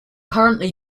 currently